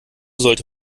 sollte